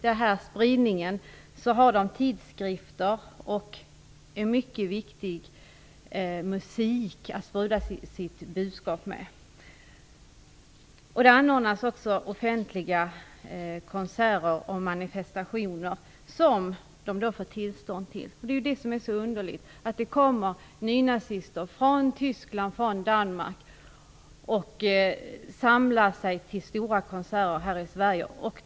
Dessa grupper har tidskrifter och musik att sprida sitt budskap med. De anordnar offentliga konserter, och det får de tillstånd till. Det är det som är så underligt. Det kommer nynazister från Tyskland och Danmark som samlar sig till stora konserter här i Sverige.